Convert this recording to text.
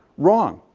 wrong.